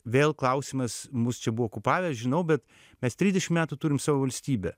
vėl klausimas mus čia buvo okupavę žinau bet mes trisdešim metų turim savo valstybę